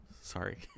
sorry